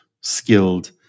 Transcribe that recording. skilled